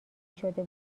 شده